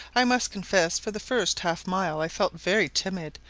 i must confess for the first half-mile i felt very timid,